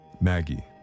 Maggie